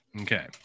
Okay